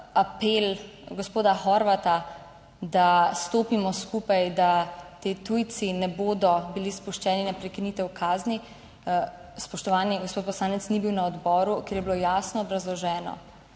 apel gospoda Horvata, da stopimo skupaj, da ti tujci ne bodo bili spuščeni na prekinitev kazni. Spoštovani gospod poslanec ni bil na odboru, kjer je bilo jasno obrazloženo,